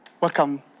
Welcome